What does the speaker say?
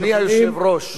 אדוני היושב-ראש,